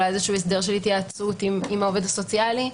אולי הסדר התייעצות עם העובד הסוציאלי.